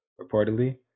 reportedly